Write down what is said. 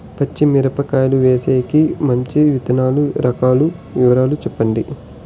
పచ్చి మిరపకాయలు వేసేకి మంచి విత్తనాలు రకాల వివరాలు చెప్పండి?